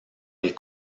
les